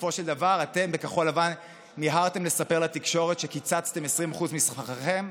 בסופו של דבר אתם בכחול לבן מיהרתם לספר לתקשורת שקיצצתם 20% משכרכם.